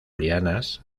lianas